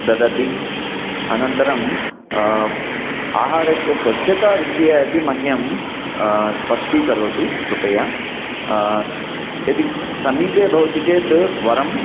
ददति अनन्तरं आहारस्य स्वच्छता विषये अपि मह्यं स्पष्टीकरोतु कृपया यदि स् समीपे भवति चेत् वरं